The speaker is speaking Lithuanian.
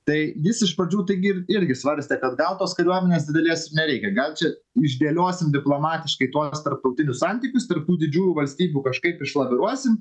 tai jis iš pradžių taigi ir irgi svarstė kad gal tos kariuomenės didelės ir nereikia gal čia išdėliosim diplomatiškai tuos tarptautinius santykius tarp tų didžiųjų valstybių kažkaip išlaviruosim